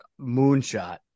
moonshot